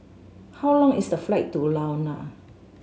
how long is the flight to Luanda